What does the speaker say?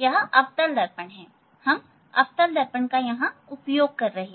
यह अवतल दर्पण हैं हम अवतल दर्पण का उपयोग कर रहे हैं